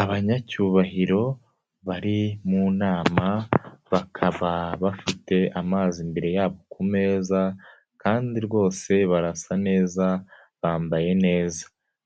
Abanyacyubahiro bari mu nama, bakaba bafite amazi imbere yabo ku meza kandi rwose barasa neza bambaye neza.